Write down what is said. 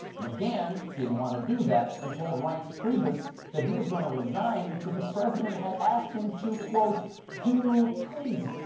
mcghan didn't want to do that and told reince priebus that he was going to resign because the president had asked him to do crazy